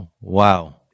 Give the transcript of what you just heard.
Wow